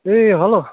A hello